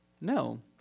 No